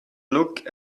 look